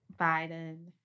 Biden